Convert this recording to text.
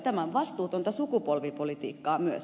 tämä on vastuutonta sukupolvipolitiikkaa myös